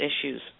issues